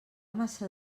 massa